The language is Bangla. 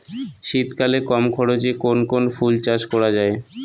শীতকালে কম খরচে কোন কোন ফুল চাষ করা য়ায়?